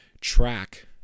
track